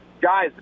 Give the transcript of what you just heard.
Guys